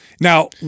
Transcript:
Now